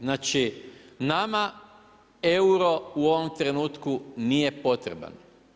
Znači nama euro u ovom trenutku nije potreban.